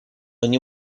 они